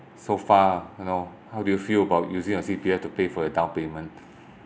so far you know how do you feel about using your C_P_F to pay for your down payment